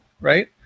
right